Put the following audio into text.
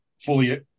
fully